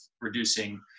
reducing